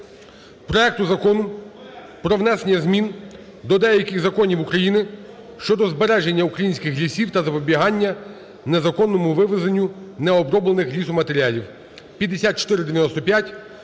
проекту Закону про внесення змін до деяких законів України щодо збереження українських лісів та запобігання незаконному вивезенню необроблених лісоматеріалів (5495).